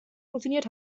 funktioniert